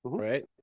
Right